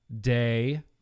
day